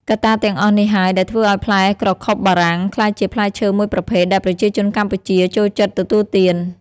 កត្តាទាំងអស់នេះហើយដែលធ្វើឱ្យផ្លែក្រខុបបារាំងក្លាយជាផ្លែឈើមួយប្រភេទដែលប្រជាជនកម្ពុជាចូលចិត្តទទួលទាន។